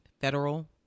federal